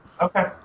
Okay